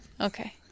Okay